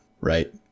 right